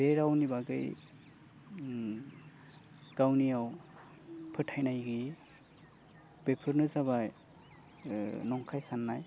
बे रावनि बागै गावनियाव फोथायनाय गैयै बेफोरनो जाबाय नंखाय सान्नाय